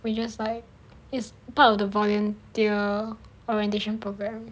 we just like is part of the volunteer orientation programme